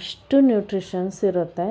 ಅಷ್ಟು ನ್ಯೂಟ್ರಿಷನ್ಸ್ ಇರುತ್ತೆ